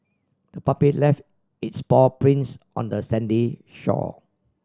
the puppy left its paw prints on the sandy shore